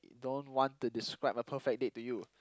don't want to describe my perfect date to you